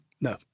No